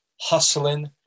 hustling